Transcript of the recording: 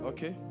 Okay